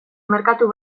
merkatu